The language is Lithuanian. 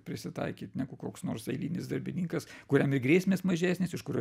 prisitaikyt negu koks nors eilinis darbininkas kuriam ir grėsmės mažesnės iš kurio